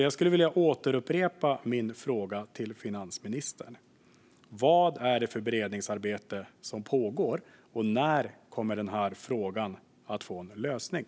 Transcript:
Jag skulle vilja upprepa min fråga till finansministern: Vad är det för beredningsarbete som pågår, och när kommer den här frågan att få en lösning?